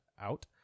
out